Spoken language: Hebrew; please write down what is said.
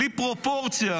בלי פרופורציה